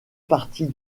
partie